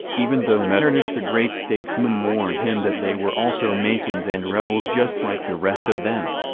even though metternich the great statesman warned him that they were also masons and rebels just like the rest of them.